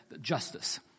justice